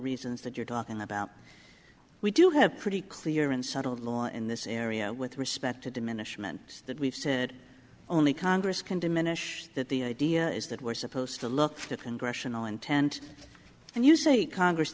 reasons that you're talking about we do have a pretty clear and settled law in this area with respect to diminishment that we've said only congress can diminish that the idea is that we're supposed to look at congressional intent and you say congress